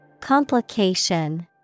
Complication